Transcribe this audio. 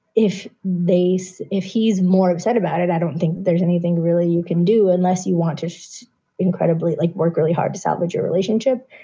if they so if he's more upset about it, i don't think there's anything really you can do unless you want to. incredibly, like work really hard to salvage your relationship.